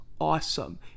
awesome